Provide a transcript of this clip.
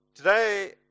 Today